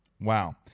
Wow